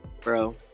Bro